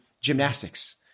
gymnastics